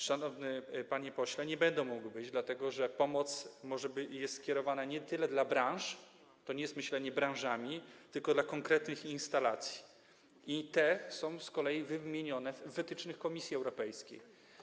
Szanowny panie pośle, nie będą mogły być, dlatego że pomoc jest kierowana nie tyle do branż, bo to nie jest myślenie branżami, ile do konkretnych instalacji, a te są z kolei wymienione w wytycznych Komisji Europejskiej.